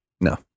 No